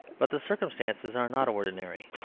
but the circumstances are not ordinary.